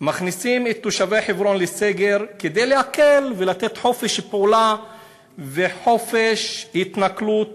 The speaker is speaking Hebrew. מכניסים את תושבי חברון לסגר כדי להקל ולתת חופש פעולה וחופש התנכלות